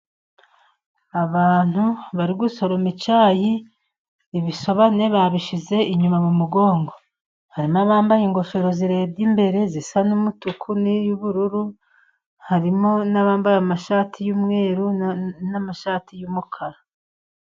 Abantu bari gusoroma icyayi ibisobane babishyize inyuma mu mugongo. Hari n'abambaye ingofero zireba imbere zisa n'umutuku n'iy'ubururu, harimo n'abambaye amashati y'umweru n'amashati y'umukara.